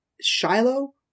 Shiloh